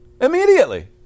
Immediately